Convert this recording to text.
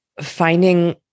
finding